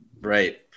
right